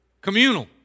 communal